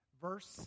Verse